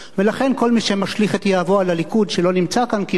ולכן כל מי שמשליך את יהבו על הליכוד שלא נמצא כאן כמעט,